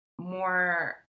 more